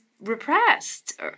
repressed